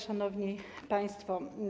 Szanowni Państwo!